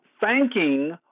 Thanking